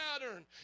pattern